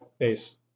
face –